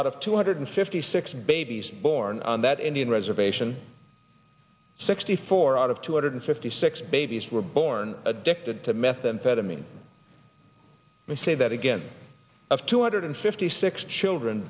out of two hundred fifty six babies born on that indian reservation sixty four out of two hundred fifty six babies were born addicted to methamphetamine i say that again of two hundred fifty six children